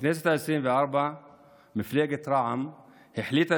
בכנסת העשרים-וארבע מפלגת רע"מ החליטה